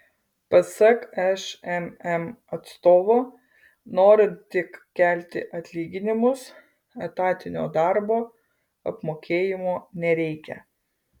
pasak šmm atstovo norint tik kelti atlyginimus etatinio darbo apmokėjimo nereikia